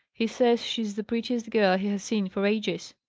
he says she's the prettiest girl he has seen for ages.